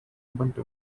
ubuntu